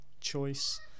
choice